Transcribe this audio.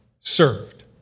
served